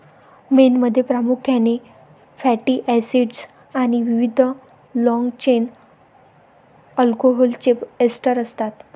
मेणमध्ये प्रामुख्याने fatty acids आणि विविध लाँग चेन अल्कोहोलचे एस्टर असतात